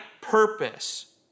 purpose